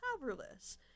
powerless